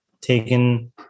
Taken